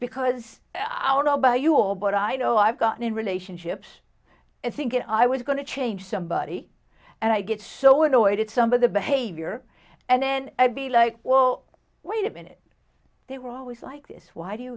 because i don't know about you all but i know i've gotten in relationships i think that i was going to change somebody and i get so annoyed at some of the behavior and then i'd be like well wait a minute they were always like this why do you